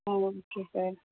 ah okay sir